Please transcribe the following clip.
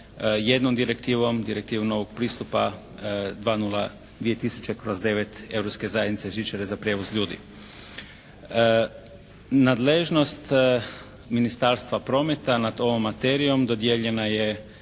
jednom direktivom, direktivom novog pristupa 20, 2000/9 Europske zajednice žičare za prijevoz ljudi. Nadležnost Ministarstva prometa nad ovom materijom dodijeljena je